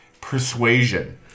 Persuasion